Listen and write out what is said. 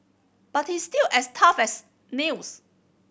but he's still as tough as nails